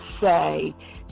say